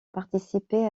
participé